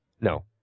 No